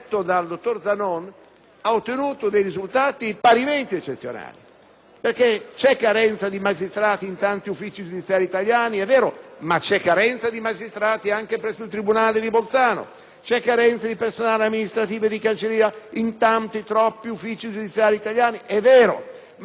C'è carenza di magistrati in tanti uffici italiani, è vero, ma c'è carenza di magistrati anche presso il tribunale di Bolzano; c'è carenza di personale amministrativo e di cancelleria in tanti, troppi uffici giudiziari italiani, è vero, ma c'è la medesima carenza anche presso il tribunale di Bolzano.